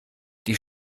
die